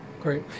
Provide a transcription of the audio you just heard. Great